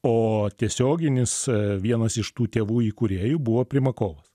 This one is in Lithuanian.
o tiesioginis vienas iš tų tėvų įkūrėjų buvo primakovas